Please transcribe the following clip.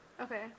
Okay